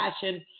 passion